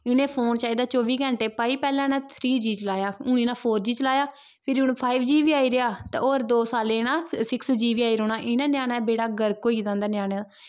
इ'नें फोन चाहिदा चौबी घैंटे भाई पैह्लै इ'नें थ्री जी चलाया हून इ'नें फोर जी चलाया फिरी हून फाइव जी बी आई रेहा ते होर दो साल्लें इ'नें सिक्स जी बी आई रौह्ना इ'नें ञ्यानें बेड़ा गर्क होई गेदा इं'दा ञ्यानें दा